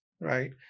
right